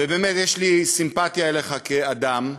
ובאמת, יש לי סימפתיה אליך כאדם,